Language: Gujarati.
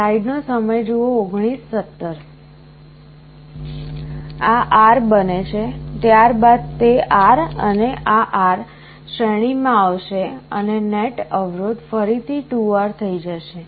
સ્લાઇડ નો સમય જુઓ 1917 આ R બને છે ત્યારબાદ તે R અને આ R શ્રેણીમાં આવશે અને નેટ અવરોધ ફરીથી 2R થઈ જશે